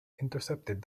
intercepted